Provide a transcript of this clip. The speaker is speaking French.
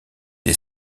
des